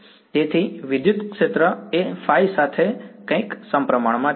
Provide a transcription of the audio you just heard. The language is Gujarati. તેથી વિદ્યુત ક્ષેત્ર એ ϕˆ સાથે કંઈક સપ્રમાણમાં છે